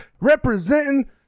Representing